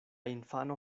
infano